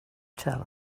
tell